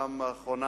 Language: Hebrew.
בפעם האחרונה,